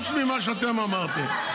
חוץ ממה שאתם אמרתם.